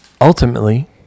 Ultimately